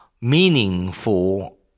meaningful